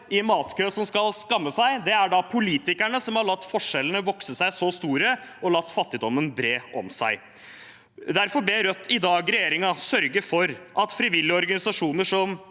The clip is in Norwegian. i matkø, som skal skamme seg. Det er politikerne som har latt forskjellene vokse seg så store og latt fattigdommen bre om seg. Derfor ber Rødt i dag regjeringen sørge for at frivillige organisasjoner som